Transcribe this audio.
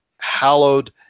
hallowed